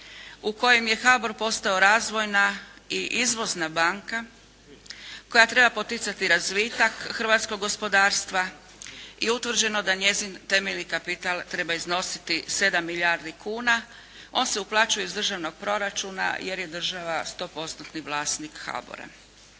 u kojem je HBOR postao razvojna i izvozna banka, koja treba poticati razvitak hrvatskog gospodarstva i utvrđeno da njezin temeljni kapital treba iznositi 7 milijardi kuna. On se uplaćuje iz državnog proračuna jer je država 100%-tni vlasnik HBOR-a.